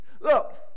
Look